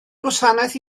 gwasanaeth